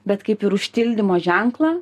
bet kaip ir užtildymo ženklą